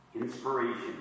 Inspiration